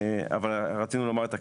אבל רצינו לומר את הכלל,